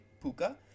Puka